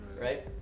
right